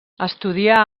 estudià